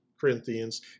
Corinthians